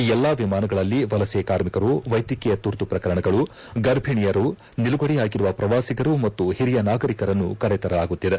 ಈ ಎಲ್ಲಾ ವಿಮಾನಗಳಲ್ಲಿ ವಲಸೆ ಕಾರ್ಮಿಕರು ವೈದ್ಯಕೀಯ ತುರ್ತು ಪ್ರಕರಣಗಳು ಗರ್ಭಿಣಿಯರು ನಿಲುಗಡೆಯಾಗಿರುವ ಪ್ರವಾಸಿಗರು ಮತ್ತು ಹಿರಿಯ ನಾಗರಿಕರನ್ನು ಕರೆತರಲಾಗುತ್ತಿದೆ